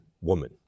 woman